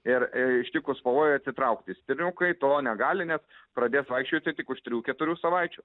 ir ištikus pavojui atsitraukti stirniukai to negali nes pradės vaikščioti tik už trijų keturių savaičių